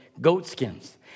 goatskins